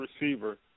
receiver